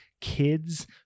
kids